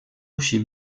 chi